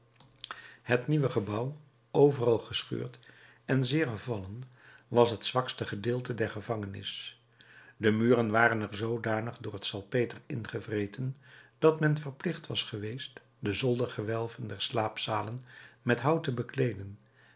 het nieuwe gebouw overal gescheurd en zeer vervallen was het zwakste gedeelte der gevangenis de muren waren er zoodanig door het salpeter ingevreten dat men verplicht was geweest de zoldergewelven der slaapzalen met hout te bekleeden